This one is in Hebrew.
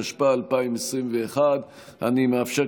התשפ"א 2021. אני מאפשר,